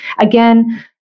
Again